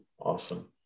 Awesome